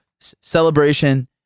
celebration